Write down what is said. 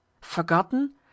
Forgotten